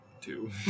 two